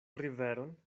riveron